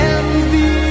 Envy